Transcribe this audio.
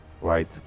right